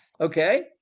Okay